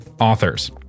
authors